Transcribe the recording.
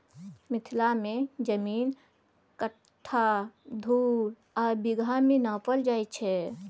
मिथिला मे जमीन कट्ठा, धुर आ बिगहा मे नापल जाइ छै